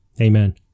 Amen